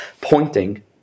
pointing